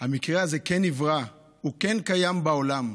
המקרה הזה כן נברא, הוא כן קיים בעולם.